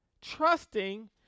Trusting